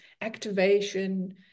activation